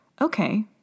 Okay